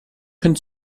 können